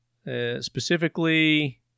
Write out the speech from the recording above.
specifically